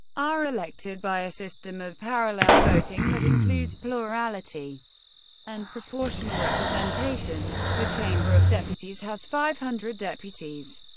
are elected by a system of parallel voting that includes plurality and proportional representation. the chamber of deputies has five hundred deputies.